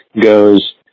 goes